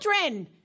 children